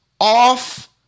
off